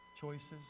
choices